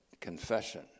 confession